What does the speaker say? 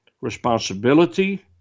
responsibility